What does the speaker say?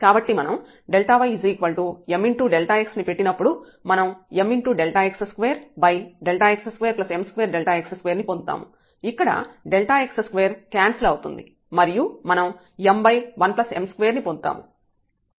కాబట్టి మనం y mx ని పెట్టినప్పుడు మనం mΔx2Δx2m2Δx2 ని పొందుతాము ఇక్కడ Δx2 క్యాన్సిల్ అవుతుంది మరియు మనం m1m2 ని పొందుతాము